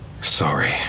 Sorry